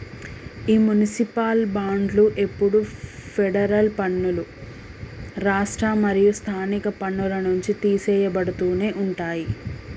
ఈ మునిసిపాల్ బాండ్లు ఎప్పుడు ఫెడరల్ పన్నులు, రాష్ట్ర మరియు స్థానిక పన్నుల నుంచి తీసెయ్యబడుతునే ఉంటాయి